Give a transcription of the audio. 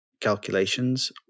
calculations